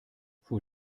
vor